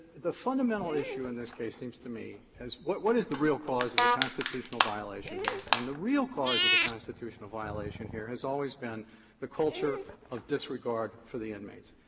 the fundamental issue in this case seems to me as what what is the real cause of the constitutional violation here? and the real cause of the constitutional violation here has always been the culture of disregard for the inmates.